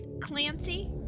Clancy